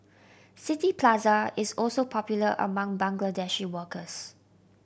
City Plaza is also popular among Bangladeshi workers